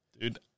Dude